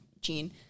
gene